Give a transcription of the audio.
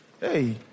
Hey